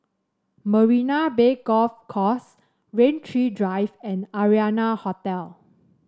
Marina Bay Golf Course Rain Tree Drive and Arianna Hotel